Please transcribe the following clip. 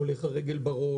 שהולך הרגל בראש,